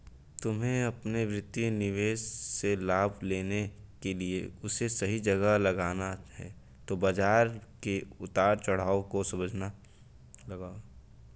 तुम्हे अपने वित्तीय निवेश से लाभ लेने के लिए उसे सही जगह लगाना है तो बाज़ार के उतार चड़ाव को समझकर लगाओ